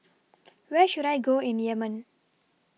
Where should I Go in Yemen